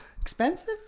Expensive